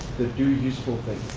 do useful things,